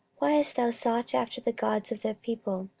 why hast thou sought after the gods of the people,